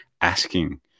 asking